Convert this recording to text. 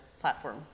platform